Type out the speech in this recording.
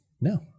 No